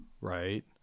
right